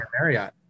Marriott